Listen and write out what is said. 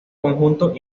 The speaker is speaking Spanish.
conjunto